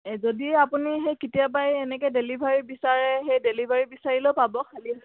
এই যদি আপুনি সেই কেতিয়াবাই এনেকৈ ডেলিভাৰী বিচাৰে সেই ডেলিভাৰী বিচাৰিলেও পাব খালী